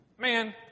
man